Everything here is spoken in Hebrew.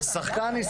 שחקן ישראלי.